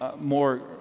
more